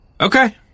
Okay